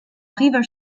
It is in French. river